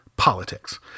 politics